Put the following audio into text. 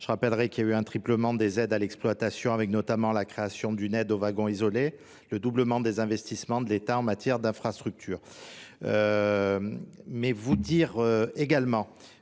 Je rappellerai qu'il y a eu un triplement des aides à l'exploitation avec notamment la création d'une aide aux wagons isolés, le doublement des investissements de l'Etat en matière d'infrastructures.